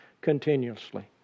continuously